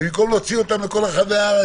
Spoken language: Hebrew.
ובמקום להוציא אותם לכל בארץ,